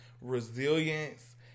resilience